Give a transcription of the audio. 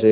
keväthangelle